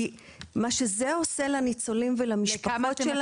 כי מה שזה עושה לניצולים ולמשפחות --- בכמה